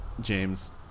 James